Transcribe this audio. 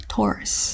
Taurus